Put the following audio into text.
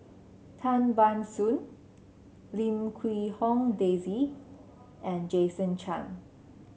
Tan Ban Soon Lim Quee Hong Daisy and Jason Chan